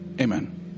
Amen